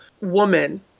woman